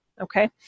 Okay